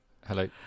Hello